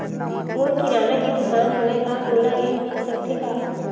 मोर किराना के दुकान हवय का मोला ऋण मिल सकथे का?